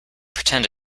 pretend